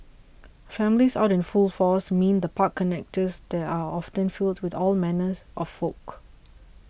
families out in full force mean the park connectors there are often filled with all manners of folk